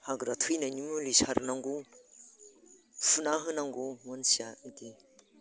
हाग्रा थैनायनि मुलि सारनांगौ फुना होनांगौ मानसिया इदि